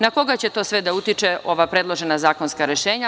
Na koga će to sve da utiču ova predložena zakonska rešenja?